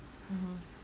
mmhmm